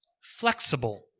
flexible